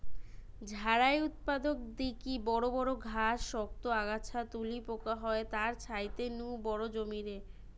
ঝাড়াই উৎপাটক দিকি বড় বড় ঘাস, শক্ত আগাছা তুলি পোকা হয় তার ছাইতে নু বড় জমিরে